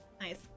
Nice